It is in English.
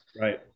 Right